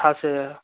થાશે